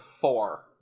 four